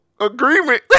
agreement